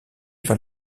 vers